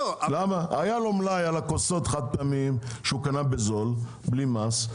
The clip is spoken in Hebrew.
היה לו מלאי חד-פעמי שהוא קנה בזול בלי מס,